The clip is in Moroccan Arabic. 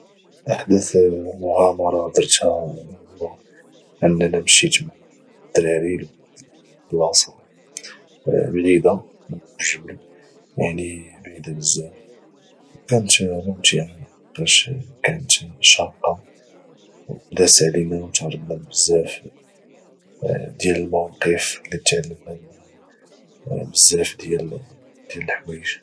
احدث مغامرة درتها هو اننا مشيت مع الدراري لواحد البلاصة بعيدة من مور الجبل يعني بعيدة بزاف او كانت ممتعة لحقاش كانت شاقة ودازت علينا او تعرضنا لبزاف ديال المواقف اللي تعلمنا منها بزاف ديال الحوايج